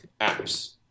apps